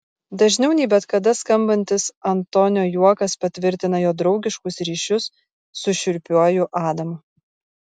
dažniau nei bet kada skambantis antonio juokas patvirtina jo draugiškus ryšius su šiurpiuoju adamu